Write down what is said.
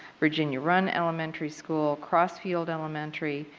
virginia run elementary school, crossfield elementary